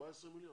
14 מיליון.